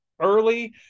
early